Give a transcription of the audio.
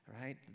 Right